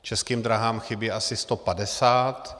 Českým dráhám chybí asi 150.